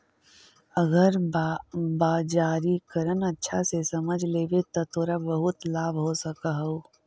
अगर बाजारीकरण अच्छा से समझ लेवे त तोरा बहुत लाभ हो सकऽ हउ